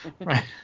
Right